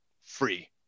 free